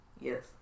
Yes